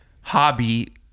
hobby